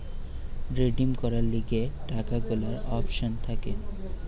redeem করার লিগে টাকা গুলার অপশন থাকে